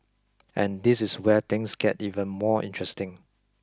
and this is where things get even more interesting